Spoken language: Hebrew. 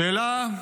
שאלה,